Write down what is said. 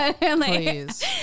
please